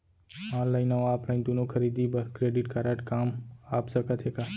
Online अऊ offline दूनो खरीदी बर क्रेडिट कारड काम आप सकत हे का?